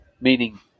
meaning